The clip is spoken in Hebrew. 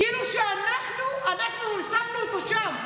כאילו שאנחנו שמנו אותו שם.